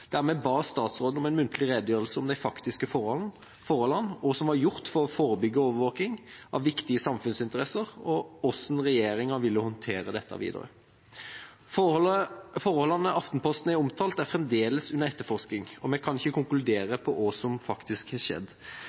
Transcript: ba statsråden om en muntlig redegjørelse om de faktiske forholdene, hva som var gjort for å forebygge overvåking av viktige samfunnsinteresser, og hvordan regjeringa ville håndtere dette videre. Forholdene Aftenposten har omtalt, er fremdeles under etterforskning, og vi kan ikke konkludere på hva som faktisk har skjedd.